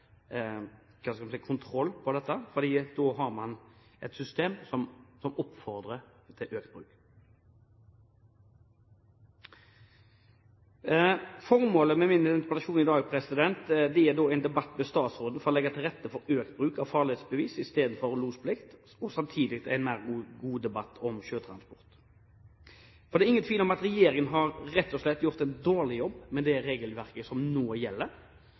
på dette, for da har man et system som oppfordrer til økt bruk. Formålet med min interpellasjon i dag er å få en debatt med statsråden for å få økt bruk av farledsbevis i stedet for losplikt, og samtidig få en god debatt om sjøtransport. Det er ingen tvil om at regjeringen rett og slett har gjort en dårlig jobb med det regelverket som nå gjelder.